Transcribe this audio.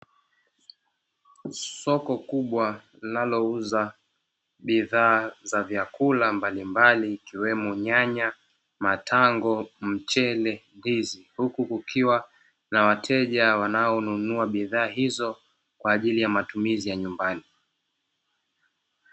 Soko kubwa linalouza bidhaa za vyakula mbalimbali ikiwemo nyanya, matango, mchele, ndizi huku kukiwa na wateja wanaonunua bidhaa hizo kwa ajili ya matumizi ya nyumbani.